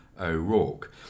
O'Rourke